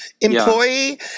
employee